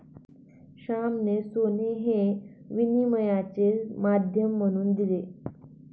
श्यामाने सोने हे विनिमयाचे माध्यम म्हणून दिले